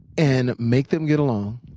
and make them get along,